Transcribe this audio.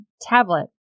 tablet